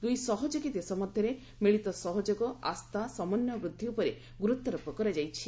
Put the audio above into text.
ଦୁଇ ସହଯୋଗୀ ଦେଶ ମଧ୍ୟରେ ମିଳିତ ସହଯୋଗ ଆସ୍ଥା ସମନ୍ୱୟ ବୃଦ୍ଧି ଉପରେ ଗୁରୁତ୍ୱାରୋପ କରାଯାଇଛି